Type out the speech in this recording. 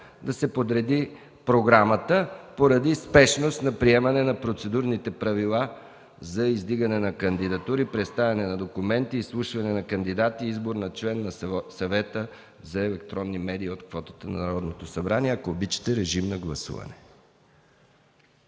да се подреди програмата, поради спешност от приемане на Процедурните правила за издигане на кандидатури, представяне на документи, изслушване на кандидати и избор на член на Съвета за електронни медии от квотата на Народното събрание. Режим на гласуване!